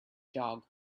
jog